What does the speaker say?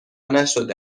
نشده